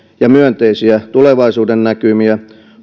ja myönteisiä tulevaisuudennäkymiä